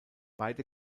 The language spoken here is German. beide